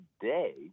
today